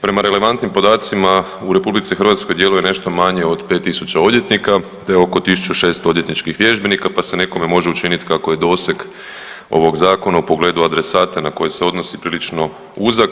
Prema relevantnim podacima u RH djeluje nešto manje od 5000 odvjetnika te oko 1600 odvjetničkih vježbenika pa se nekome može učiniti kako je doseg ovog zakona u pogledu adresata na koje se odnosi prilično uzak.